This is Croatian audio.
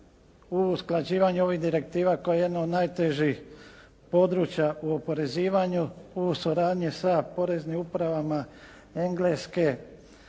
u usklađivanju ovih direktiva koje je jedno od najtežih područja u oporezivanju u suradnji sa poreznim upravama Engleske,